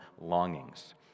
longings